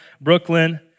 Brooklyn